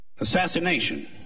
assassination